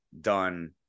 done